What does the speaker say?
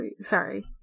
sorry